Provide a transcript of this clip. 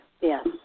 Yes